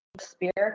spirit